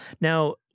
now